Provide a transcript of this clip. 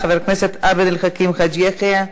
חבר הכנסת עבד על חכים חאג' יחיא.